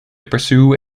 pursue